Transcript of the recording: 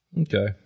Okay